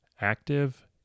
Active